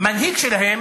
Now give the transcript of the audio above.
שהמנהיג שלהם